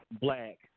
black